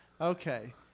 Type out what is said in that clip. Okay